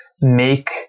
make